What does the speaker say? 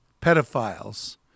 pedophiles